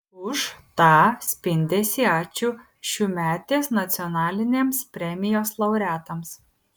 už tą spindesį ačiū šiųmetės nacionalinėms premijos laureatams